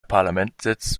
parlamentssitz